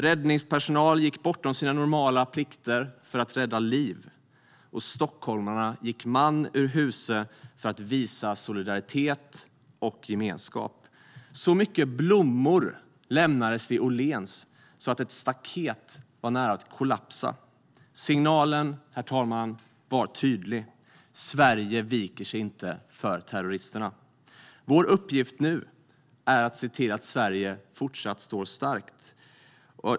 Räddningspersonal gick bortom sina normala plikter för att rädda liv. Stockholmarna gick man ur huse för att visa solidaritet och gemenskap. Så mycket blommor lämnades vid Åhléns att ett staket var nära att kollapsa. Herr talman! Signalen var tydlig: Sverige viker sig inte för terroristerna. Vår uppgift nu är att se till att Sverige fortsätter att stå starkt.